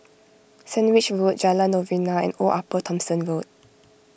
Sandwich Road Jalan Novena and Old Upper Thomson Road